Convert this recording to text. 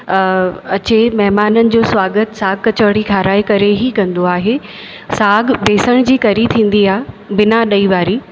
अचे महिमाननि जो स्वागत साग कचौड़ी खाराए करे ई कंदो आहे साग बेसण जी करी थींदी आहे बिना ॾही वारी